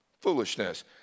Foolishness